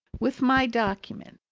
with my documents.